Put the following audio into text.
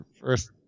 First